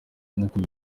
mukuru